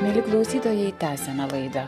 mieli klausytojai tęsiame laidą